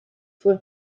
voor